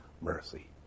mercy